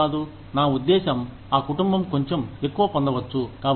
ఎందుకు కాదు నా ఉద్దేశం ఆ కుటుంబం కొంచెం ఎక్కువ పొందవచ్చు